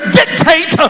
dictate